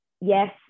yes